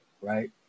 right